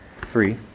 Three